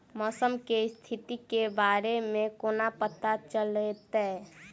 मौसम केँ स्थिति केँ बारे मे कोना पत्ता चलितै?